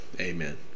amen